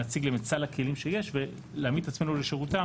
להציג להם את סל הכלים שיש ולהעמיד את עצמנו לשירותם